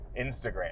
instagram